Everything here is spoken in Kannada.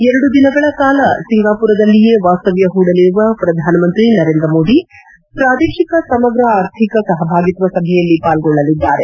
ಎರಡು ದಿನಗಳ ಕಾಲ ಸಿಂಗಾಪುರದಲ್ಲಿಯೇ ವಾಸ್ತವ್ಯ ಹೂಡಲಿರುವ ಪ್ರಧಾನಮಂತ್ರಿ ನರೇಂದ್ರ ಮೋದಿ ಪ್ರಾದೇಶಿಕ ಸಮಗ್ರ ಆರ್ಥಿಕ ಸಹಭಾಗಿತ್ವ ಸಭೆಯಲ್ಲಿ ಪಾಲ್ಗೊಳ್ಳಲಿದ್ದಾರೆ